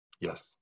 yes